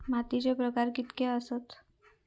मातीचे प्रकार कितके आसत?